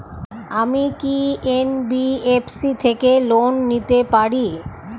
আমি কি এন.বি.এফ.সি থেকে লোন নিতে পারি?